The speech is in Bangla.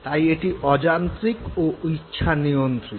তাই এটি অযান্ত্রিক ও ইচ্ছা নিয়ন্ত্রিত